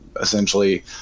essentially